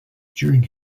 during